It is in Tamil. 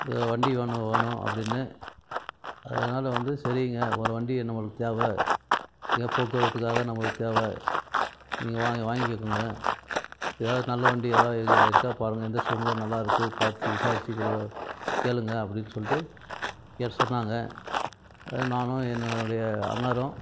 இந்த வண்டி ஒன்று வேணும் அப்படின்னு அதனால் வந்து சரிங்க ஒரு வண்டி நம்மளுக்கு தேவை எங்கேயா போக்குவரத்துக்காக நம்மளுக்கு தேவை நீங்கள் வாங்க வாங்கிக்கோங்க ஏதாவது நல்ல வண்டி எதாவது இருக்கா பாருங்கள் எந்த ஷோரூமில் நல்லாயிருக்கு பார்த்து விசாரித்துக்கூட கேளுங்கள் அப்படின்னு சொல்லிவிட்டு கேட்டு சொன்னாங்க நானும் என்னுடைய அண்ணனும்